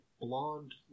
blonde